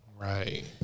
Right